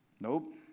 Nope